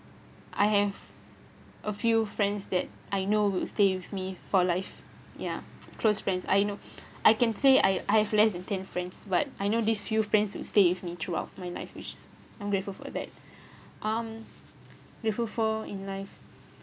I have a few friends that I know will stay with me for life ya close friends I know I can say I I have less than ten friends but I know these few friends will stay with me throughout my life which I'm grateful for that um grateful for in life